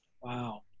Wow